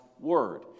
word